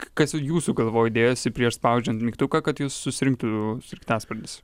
kas jūsų galvoj dėjosi prieš spaudžiant mygtuką kad jus susirinktų sraigtasparnis